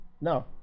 no